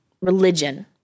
religion